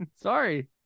sorry